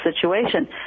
situation